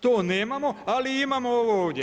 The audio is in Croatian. To nemamo, ali imamo ovo ovdje.